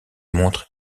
montre